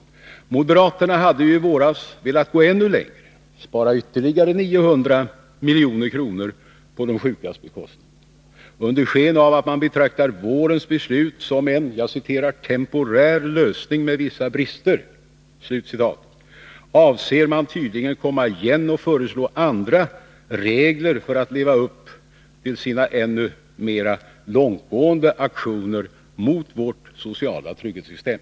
Moderaterna hade ju i våras velat gå ännu längre och spara ytterligare 900 milj.kr. på de sjukas bekostnad. Under sken av att man betraktar vårens beslut som en ”temporär lösning med vissa brister” avser man tydligen att. Nr 51 komma igen och föreslå andra regler för att leva upp till sina ännu mera Onsdagen den långtgående aktioner mot vårt sociala trygghetssystem.